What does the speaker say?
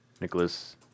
Nicholas